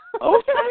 Okay